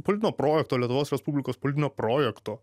politinio projekto lietuvos respublikos politinio projekto